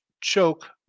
choke